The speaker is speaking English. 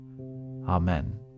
Amen